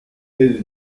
elle